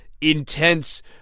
intense